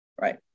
Right